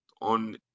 on